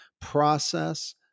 process